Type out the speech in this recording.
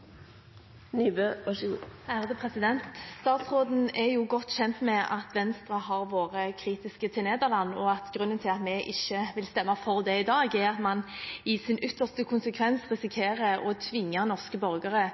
godt kjent med at Venstre har vært kritisk til soning i Nederland, og at grunnen til at vi ikke vil stemme for det i dag, er at man i ytterste konsekvens risikerer å tvinge norske borgere